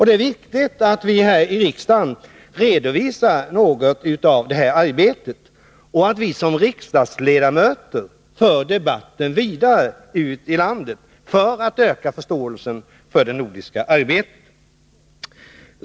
Det är viktigt att vi här i riksdagen redovisar något av detta arbete och att vi som riksdagsledamöter för debatten vidare ut i landet för att öka förståelsen för det nordiska arbetet.